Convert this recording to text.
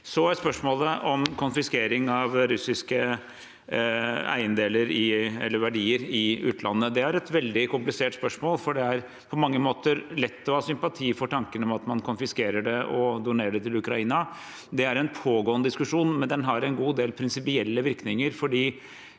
Så gjelder spørsmålet konfiskering av russiske eiendeler eller verdier i utlandet. Det er et veldig komplisert spørsmål. Det er på mange måter lett å ha sympati for tanken om at man konfiskerer det og donerer det til Ukraina. Det er en pågående diskusjon, men den har en god del prinsipielle virkninger,